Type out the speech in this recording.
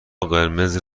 قرمز